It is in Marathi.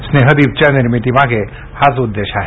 स्नेहदीपच्या निर्मितीमागे हाच उद्देश आहे